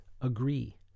agree